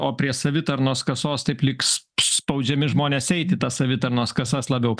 o prie savitarnos kasos taip liks spaudžiami žmonės eiti į tas savitarnos kasas labiau